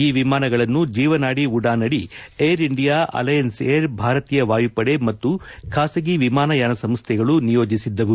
ಈ ವಿಮಾನಗಳನ್ನು ಜೀವನಾಡಿ ಉಡಾನ್ ಅಡಿ ಏರ್ ಇಂಡಿಯಾ ಅಲೆಯನ್ಸ್ ಏರ್ ಭಾರತೀಯ ವಾಯುಪಡೆ ಮತ್ತು ಖಾಸಗಿ ವಿಮಾನಯಾನ ಸಂಸ್ಥೆಗಳು ನಿಯೋಜಿಸಿದ್ದವು